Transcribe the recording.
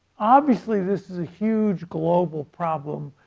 obviously this is a huge global problem.